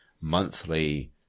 monthly